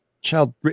Child